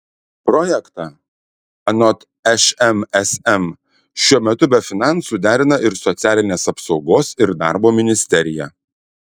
projektą anot šmsm šiuo metu be finansų derina ir socialinės apsaugos ir darbo ministerija